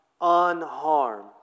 unharmed